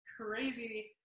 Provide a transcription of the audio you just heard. crazy